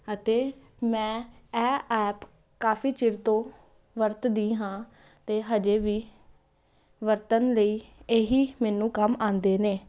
ਅਤੇ ਮੈਂ ਇਹ ਐਪ ਕਾਫ਼ੀ ਚਿਰ ਤੋਂ ਵਰਤਦੀ ਹਾਂ ਅਤੇ ਹਜੇ ਵੀ ਵਰਤਣ ਲਈ ਇਹ ਹੀ ਮੈਨੂੰ ਕੰਮ ਆਉਂਦੇ ਨੇ